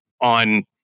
on